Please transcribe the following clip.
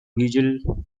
visual